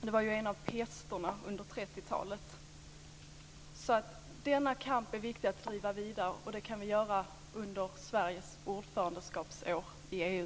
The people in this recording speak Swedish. Det var en av pesterna under 30-talet. Denna kamp är alltså viktig att driva vidare. Det kan vi göra under Sveriges ordförandeskapsår i EU.